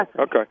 okay